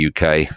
UK